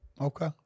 Okay